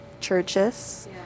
churches